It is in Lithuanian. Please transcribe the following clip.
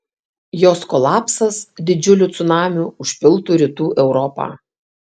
jos kolapsas didžiuliu cunamiu užpiltų rytų europą